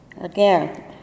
Again